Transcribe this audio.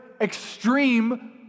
extreme